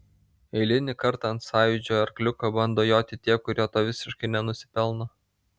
eilinį kartą ant sąjūdžio arkliuko bando joti tie kurie to visiškai nenusipelno